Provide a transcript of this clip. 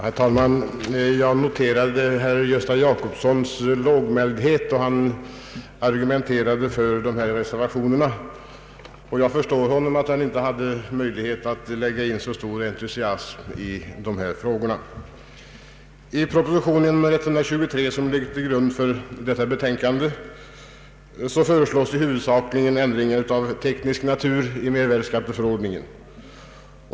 Herr talman! Jag noterade herr Gösta Jacobssons lågmäldhet då han argumenterade för reservationerna, och jag förstår att han inte hade möjlighet ait lägga in så stor entusiasm i sitt resonemang om dessa frågor. I propositionen nr 123, som ligger till grund för detta betänkande, föreslås huvudsakligen ändringar av teknisk natur i mervärdeskatteförordningen.